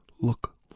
look